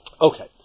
Okay